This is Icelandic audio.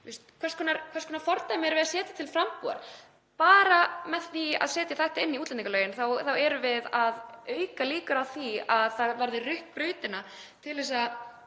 Hvers konar fordæmi erum við að setja til frambúðar? Bara með því að setja þetta inn í útlendingalögin erum við að auka líkur á því að brautin verði rudd til að